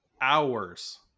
hours